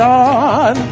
on